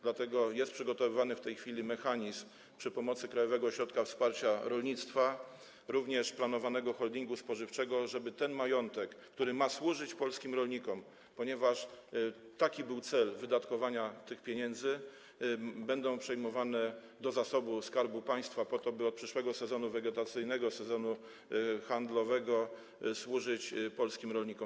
Dlatego przygotowywany jest w tej chwili mechanizm z pomocą Krajowego Ośrodka Wsparcia Rolnictwa, również planowany jest holding spożywczy, żeby ten majątek, który ma służyć polskim rolnikom, ponieważ taki był cel wydatkowania tych pieniędzy, był przejmowany do zasobu Skarbu Państwa po to, by od przyszłego sezonu wegetacyjnego, sezonu handlowego, służyć polskim rolnikom.